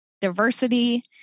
diversity